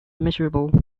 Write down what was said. miserable